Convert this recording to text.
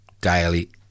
daily